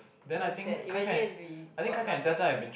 damn sad imagine if we got nothing